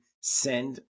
send